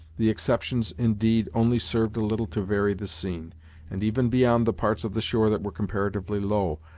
the exceptions, indeed, only served a little to vary the scene and even beyond the parts of the shore that were comparatively low,